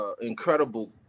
incredible